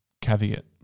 caveat